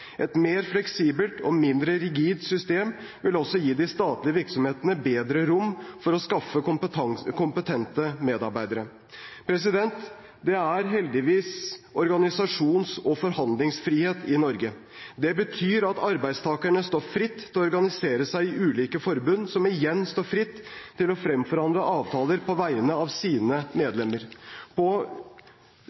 Et mer fleksibelt og mindre rigid system vil også gi de statlige virksomhetene bedre rom for å skaffe kompetente medarbeidere. Det er heldigvis organisasjons- og forhandlingsfrihet i Norge. Det betyr at arbeidstakerne står fritt til å organisere seg i ulike forbund, som igjen står fritt til å fremforhandle avtaler på vegne av sine medlemmer. Vi har mange eksempler på